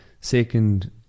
Second